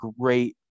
great